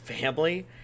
family